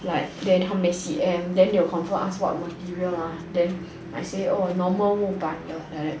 like that how many C_M then they will confirm ask what material lah then I will say oh normal 木板 like that